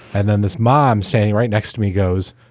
and then this mom standing right next to me goes,